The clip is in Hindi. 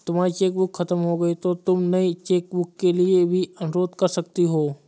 तुम्हारी चेकबुक खत्म हो गई तो तुम नई चेकबुक के लिए भी अनुरोध कर सकती हो